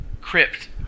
Crypt